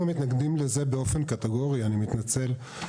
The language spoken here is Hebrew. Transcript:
אנחנו מתנגדים לזה באופן קטגורי, אני מתנצל.